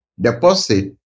deposit